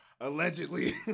Allegedly